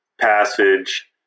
passage